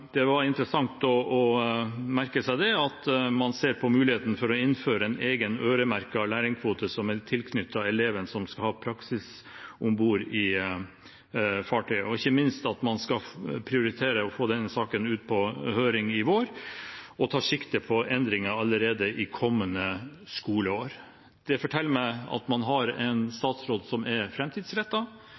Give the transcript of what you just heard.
Det var interessant å merke seg at man ser på muligheten for å innføre en egen øremerket lærlingkvote som er tilknyttet eleven som skal ha praksis om bord i fartøyet, og ikke minst at man skal prioritere å få denne saken ut på høring i vår, og tar sikte på endringer allerede i kommende skoleår. Det forteller meg at man har en statsråd som er